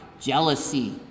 jealousy